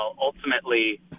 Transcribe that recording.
Ultimately